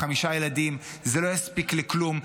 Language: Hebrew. חמישה ילדים: זה לא יספיק לכלום,